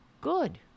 good